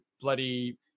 bloody